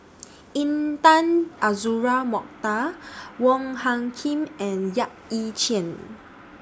Intan Azura Mokhtar Wong Hung Khim and Yap Ee Chian